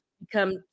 become